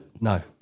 No